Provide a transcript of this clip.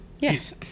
Yes